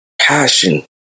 passion